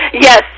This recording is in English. Yes